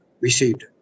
received